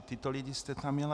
Tyto lidi jste tam měl.